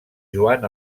joan